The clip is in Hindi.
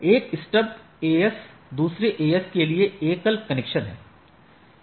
एक स्टब AS दूसरे AS के लिए एक एकल कनेक्शन है